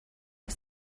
was